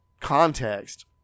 context